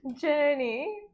Journey